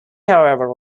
however